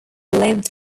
lived